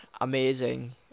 amazing